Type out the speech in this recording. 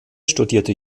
studierte